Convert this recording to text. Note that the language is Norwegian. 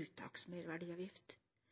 dette